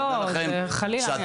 לא, חלילה.